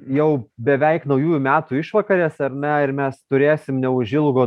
jau beveik naujųjų metų išvakarės ar ne ir mes turėsim neužilgo